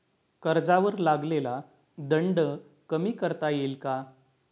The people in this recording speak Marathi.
कर्जावर लागलेला दंड कमी करता येईल का?